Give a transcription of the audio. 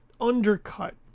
undercut